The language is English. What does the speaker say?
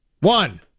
one